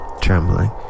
trembling